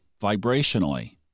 vibrationally